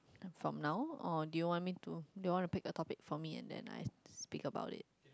from now or do you want me to do you want to pick a topic for me then I speak about it